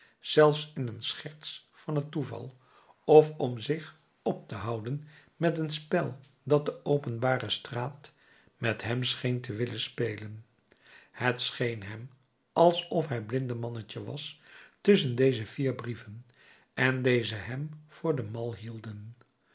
zelfs in een scherts van het toeval of om zich op te houden met een spel dat de openbare straat met hem scheen te willen spelen het scheen hem alsof hij blindemannetje was tusschen deze vier brieven en deze hem voor den mal hielden